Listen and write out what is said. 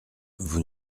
vous